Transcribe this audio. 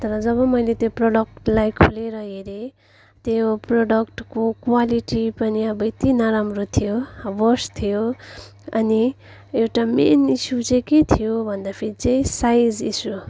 तर जब मैले त्यो प्रडक्टलाई खोलेर हेरेँ त्यो प्रडक्टको क्वालिटी पनि यति नराम्रो थियो वर्स्ट थियो अनि एउटा मेन इस्यु चाहिँ के थियो भन्दा फेरि चाहिँ साइज इस्यु